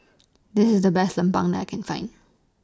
This IS The Best Lemang that I Can Find